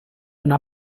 una